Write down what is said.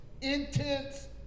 intense